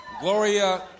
Gloria